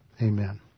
Amen